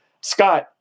Scott